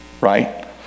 right